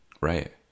Right